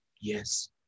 yes